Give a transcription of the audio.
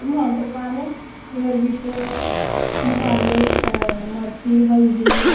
टमाटर पान्ने फिर बिच्च मसाले मर्ची हल्दी